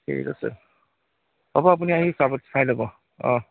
ঠিক আছে হ'ব আপুনি আহি চাব চাই ল'ব অঁ